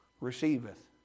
receiveth